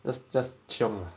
just just chiong ah